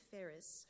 Ferris